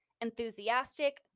enthusiastic